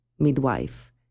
midwife